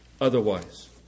otherwise